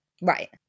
Right